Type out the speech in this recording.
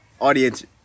audience